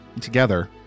together